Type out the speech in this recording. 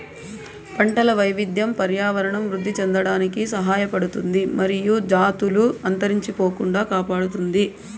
పంటల వైవిధ్యం పర్యావరణం వృద్ధి చెందడానికి సహాయపడుతుంది మరియు జాతులు అంతరించిపోకుండా కాపాడుతుంది